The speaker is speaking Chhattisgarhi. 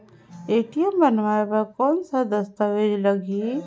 ए.टी.एम बनवाय बर कौन का दस्तावेज लगही?